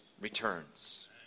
returns